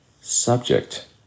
Subject